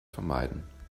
vermeiden